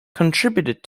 contributed